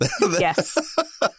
Yes